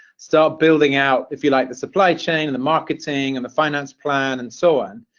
start building out, if you like, the supply chain and the marketing and the finance plan and so on.